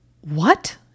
What